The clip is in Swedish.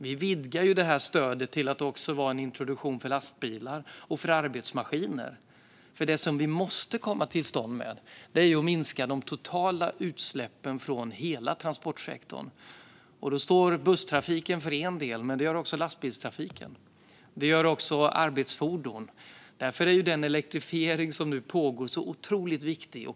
Vi vidgar ju det här stödet till att också vara en introduktion för lastbilar och för arbetsmaskiner, för det som vi måste få till stånd är en minskning av de totala utsläppen från hela transportsektorn. Där står busstrafiken för en del, men det gör också lastbilstrafiken och arbetsfordon. Därför är den elektrifiering som nu pågår så otroligt viktig.